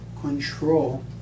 control